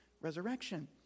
resurrection